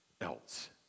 else